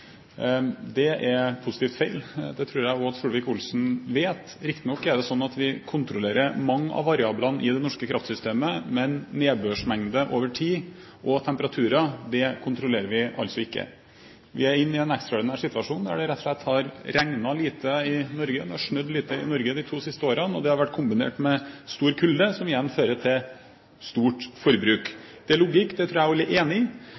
Det er positivt feil, det tror jeg også Solvik-Olsen vet. Riktignok er det sånn at vi kontrollerer mange av variablene i det norske kraftsystemet, men nedbørsmengde over tid og temperaturer kontrollerer vi altså ikke. Vi er inne i en ekstraordinær situasjon der det rett og slett har regnet lite i Norge. Det har snødd lite i Norge de to siste årene, og det har vært kombinert med mye kulde, som igjen fører til stort forbruk. Det er logikk. Det tror jeg alle er enig i. Jeg tror også alle er enig i